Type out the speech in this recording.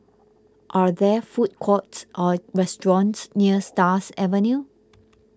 are there food courts or restaurants near Stars Avenue